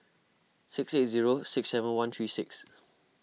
six eight zero six seven one three six